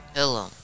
Hello